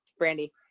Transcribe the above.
Brandy